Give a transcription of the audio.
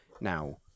Now